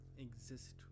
exist